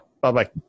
Bye-bye